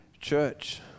church